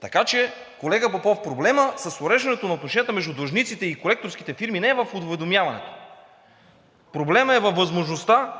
Така че, колега Попов, проблемът с уреждането на отношенията между длъжниците и колекторските фирми не е в уведомяването. ФИЛИП ПОПОВ (БСП за